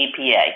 EPA